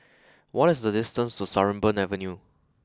what is the distance to Sarimbun Avenue